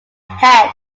head